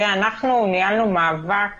אנחנו ניהלנו מאבק